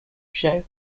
show